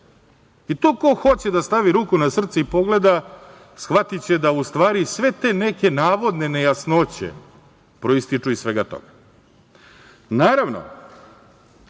To ko hoće da stavi ruku na srce i pogleda shvatiće u stvari da sve te neke navodne nejasnoće proističu iz svega toga. Naravno